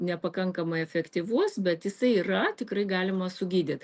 nepakankamai efektyvus bet jisai yra tikrai galima sugydyt